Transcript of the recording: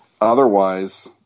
otherwise